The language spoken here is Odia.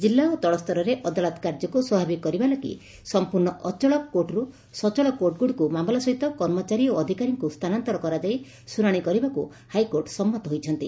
ଜିଲ୍ଲା ଓ ତଳ ସ୍ତରରେ ଅଦାଲତ କାର୍ଯ୍ୟକୁ ସ୍ୱାଭାବିକ କରିବା ଲାଗି ସଂପୂକ୍ତ ଅଚଳ କୋର୍ଚର୍ ସଚଳ କୋର୍ଟଗୁଡ଼ିକୁ ମାମଲା ସହିତ କର୍ମଚାରୀ ଓ ଅଧିକାରୀଙ୍କୁ ମଧ୍ୟ ସ୍ତାନାନ୍ତର କରାଯାଇ ଶୁଶାଶି କରିବାକୁ ହାଇକୋର୍ଟ ସମ୍ମତ ହୋଇଛନ୍ତି